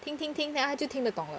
听听听 then 他就听得懂了